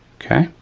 okay,